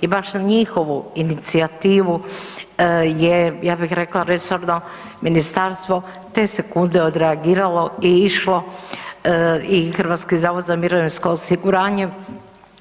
I baš na njihovu inicijativu je ja bih rekla resorno ministarstvo te sekunde odreagiralo i išlo i Hrvatski zavod za mirovinsko osiguranje